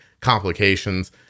complications